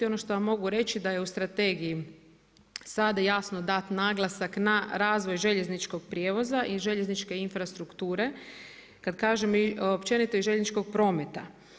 Ono što vam mogu reći, da je u strategiji sada jasno dati naglasak na razvoj željezničkog prijevoza i željezničke infrastrukture, kad kažem općenito i željezničkog prometa.